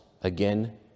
Again